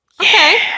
okay